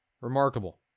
Remarkable